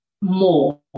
more